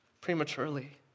prematurely